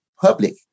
public